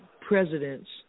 presidents